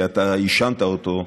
שאתה האשמת אותו,